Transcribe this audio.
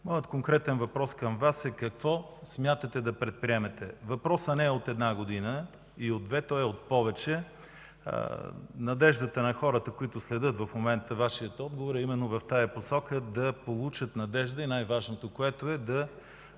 каквото е на много места. Какво смятате да предприемете? Въпросът не е от една година и от две, той е от повече. Надеждата на хората, които следят в момента Вашия отговор, е именно в посока да получат надежда и най-важното – да